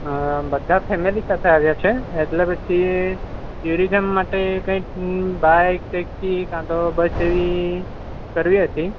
હા બધા ફેમેલી સાથે આવ્યા છે એટલે પછી ટુરિઝમ માટે કંઈક બાઇક ટેક્સી કાં તો બસ એવી કરવી હતી